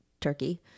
turkey